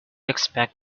expect